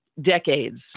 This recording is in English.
decades